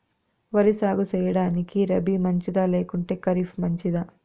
వరి సాగు సేయడానికి రబి మంచిదా లేకుంటే ఖరీఫ్ మంచిదా